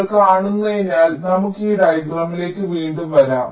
നിങ്ങൾ കാണുന്നതിനാൽ നമുക്ക് ഈ ഡയഗ്രാമിലേക്ക് വീണ്ടും വരാം